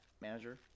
manager